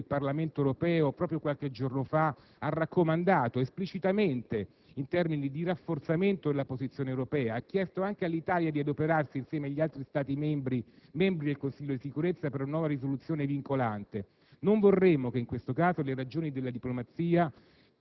purtroppo, rappresenta un notevole passo indietro rispetto a quanto il Parlamento europeo, proprio qualche giorno fa, ha esplicitamente raccomandato in termini di rafforzamento della posizione europea, chiedendo anche all'Italia di adoperarsi, insieme agli altri Stati membri del Consiglio di Sicurezza, per una nuova risoluzione vincolante.